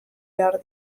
behar